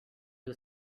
was